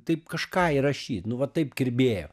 taip kažką įrašyt nu va taip kirbėjo